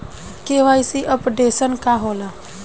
KYC updation का होला?